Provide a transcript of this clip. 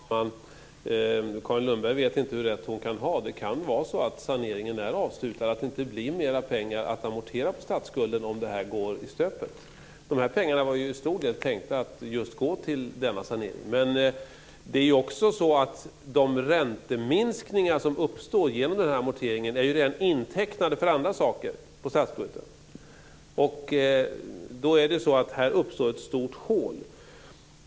Fru talman! Carin Lundberg vet inte hur rätt hon kan ha. Det kan vara så att saneringen är avslutad och det inte blir mer pengar att amortera på statsskulden om det här går i stöpet. De här pengarna var till stor del tänkta att gå just till denna sanering. Men det är också så att de ränteminskningar som uppstår genom den här amorteringen redan är intecknade för andra saker i statsbudgeten. Här uppstår ett stort hål.